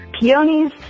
Peonies